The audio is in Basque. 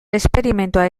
esperimentua